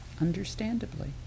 Understandably